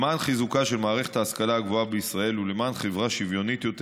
למען חיזוקה של מערכת ההשכלה הגבוהה בישראל ולמען חברה שוויונית יותר,